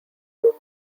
two